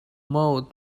mode